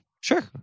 sure